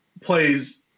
plays